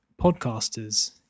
podcasters